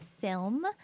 film